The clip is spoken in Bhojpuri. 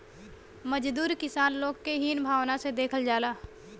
मजदूर किसान लोग के हीन भावना से देखल जाला